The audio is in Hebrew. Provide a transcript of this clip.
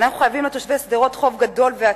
אנחנו חייבים לתושבי שדרות חוב גדול ועצום.